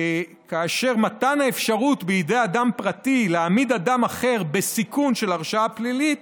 שכן מתן האפשרות בידי אדם פרטי להעמיד אדם אחר בסיכון של הרשעה פלילית